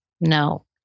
no